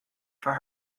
for